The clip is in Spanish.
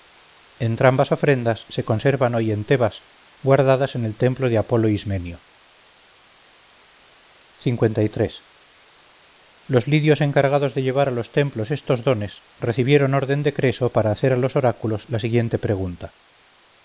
metal entrambas ofrendas se conservan hoy en tebas guardadas en el templo de apolo ismenio los lidios encargados de llevar a los templos estos dones recibieron orden de creso para hacer a los oráculos la siguiente pregunta